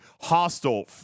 hostile